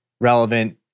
relevant